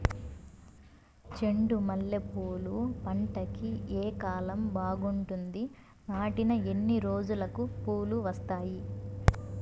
చెండు మల్లె పూలు పంట కి ఏ కాలం బాగుంటుంది నాటిన ఎన్ని రోజులకు పూలు వస్తాయి